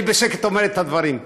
אני בשקט אומר את הדברים,